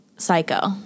Psycho